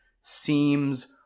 seems